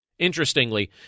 Interestingly